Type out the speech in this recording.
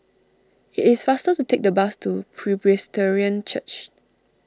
it is faster to take the bus to Presbyterian Church